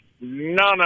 none